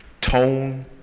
tone